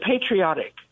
patriotic